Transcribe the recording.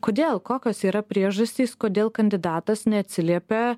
kodėl kokios yra priežastys kodėl kandidatas neatsiliepia